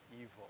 evil